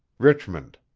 richmond.